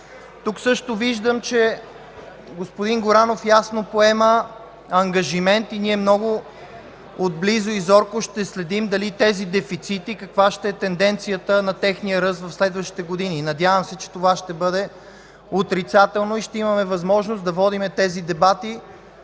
Тук също виждам, че господин Горанов ясно поема ангажимент и ние много отблизо и зорко ще следим тези дефицити – каква ще е тенденцията на техния ръст в следващите години. Надявам се, че това ще бъде отрицателно и ще имаме възможност да водим тези дебати